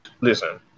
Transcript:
listen